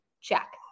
check